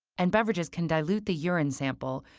and beverages can dilute the urine sample,